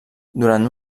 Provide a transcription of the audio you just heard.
durant